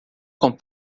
com